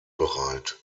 bereit